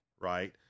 right